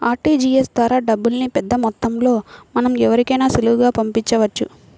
RTGS ద్వారా డబ్బుల్ని పెద్దమొత్తంలో మనం ఎవరికైనా సులువుగా పంపించవచ్చు